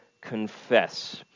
confess